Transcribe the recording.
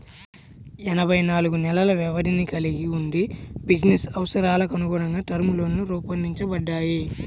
ఎనభై నాలుగు నెలల వ్యవధిని కలిగి వుండి బిజినెస్ అవసరాలకనుగుణంగా టర్మ్ లోన్లు రూపొందించబడ్డాయి